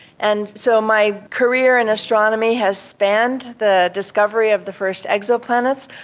and so my career in astronomy has spanned the discovery of the first exoplanets.